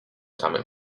samym